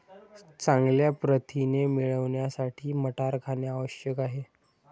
चांगले प्रथिने मिळवण्यासाठी मटार खाणे आवश्यक आहे